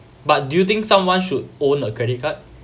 but do you think someone should own a credit card